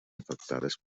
infectades